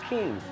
King